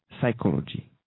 psychology